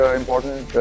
important